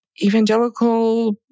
evangelical